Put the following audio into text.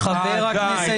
כמתקני חוקים,